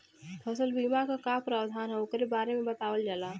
फसल बीमा क का प्रावधान हैं वोकरे बारे में बतावल जा?